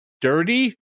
dirty